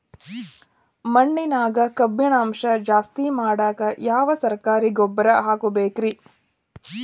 ಮಣ್ಣಿನ್ಯಾಗ ಕಬ್ಬಿಣಾಂಶ ಜಾಸ್ತಿ ಮಾಡಾಕ ಯಾವ ಸರಕಾರಿ ಗೊಬ್ಬರ ಹಾಕಬೇಕು ರಿ?